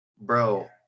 bro